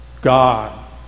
God